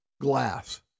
glass